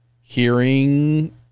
hearing